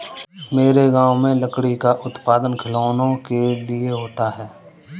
मेरे गांव में लकड़ी का उत्पादन खिलौनों के लिए होता है